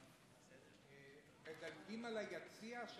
מדלגים על היציע?